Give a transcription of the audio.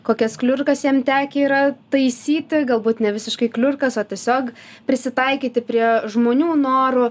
kokias kliurkas jam tekę yra taisyti galbūt ne visiškai kliurkas o tiesiog prisitaikyti prie žmonių norų